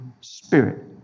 Spirit